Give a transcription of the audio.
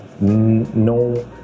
No